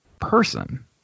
person